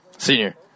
Senior